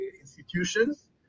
institutions